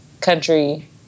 country